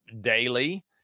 daily